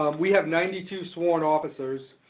um we have ninety two sworn officers,